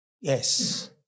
Yes